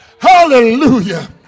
Hallelujah